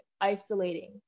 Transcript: isolating